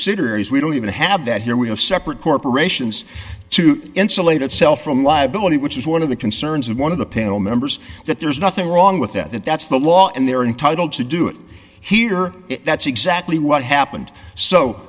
cigarettes we don't even have that here we have separate corporations to insulate itself from liability which is one of the concerns of one of the panel members that there's nothing wrong with that that's the law and they're entitled to do it here that's exactly what happened so